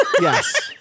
yes